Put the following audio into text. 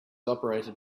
operated